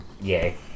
yay